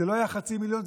זה לא היה חצי מיליון,